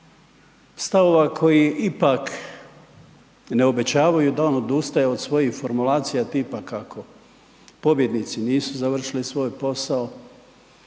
stavova koji ipak ne obećavaju da on odustaje od svojih formulacija tipa kako pobjednici nisu završili svoj posao,